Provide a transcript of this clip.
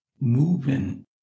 moving